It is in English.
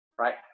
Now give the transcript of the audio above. right